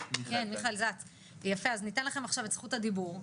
אז ניתן לכם עכשיו את זכות הדיבור.